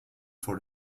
for